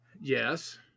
Yes